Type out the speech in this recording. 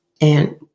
and-